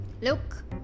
look